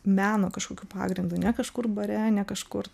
meno kažkokiu pagrindu ne kažkur bare ne kažkur